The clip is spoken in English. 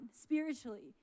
spiritually